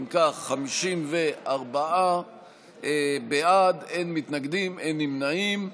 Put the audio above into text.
אם כך, 54 בעד, אין מתנגדים, אין נמנעים.